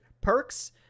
perks